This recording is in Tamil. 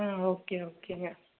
ம் ஓகே ஓகேங்க